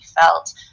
felt